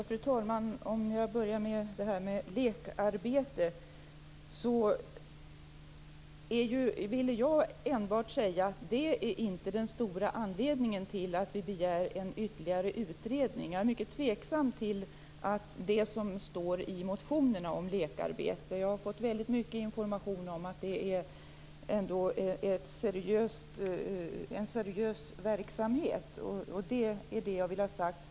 Fru talman! Jag börjar med det här med lekarbete. Jag vill enbart säga att det inte är den stora anledningen till att vi begär en ytterligare utredning. Jag är mycket tveksam till det som står i motionerna om lekarbete. Jag har fått mycket information om att det ändå är en seriös verksamhet, och det är det jag vill ha sagt.